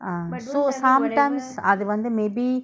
ah so sometimes அதுவந்து:athuvanthu maybe